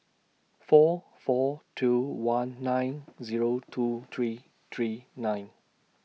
four four two one nine Zero two three three nine